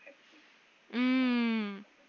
um